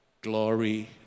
Glory